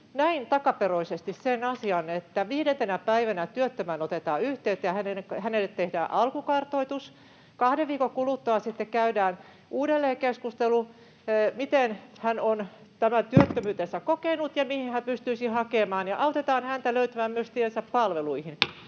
näin takaperoisesti sen asian, että viidentenä päivänä työttömään otetaan yhteyttä ja hänelle tehdään alkukartoitus. Kahden viikon kuluttua sitten käydään uudelleenkeskustelu siitä, miten hän on tämän työttömyytensä kokenut ja mihin hän pystyisi hakemaan, ja autetaan häntä löytämään myös tiensä palveluihin.